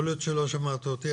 יכול להיות שלא שמעת אותי,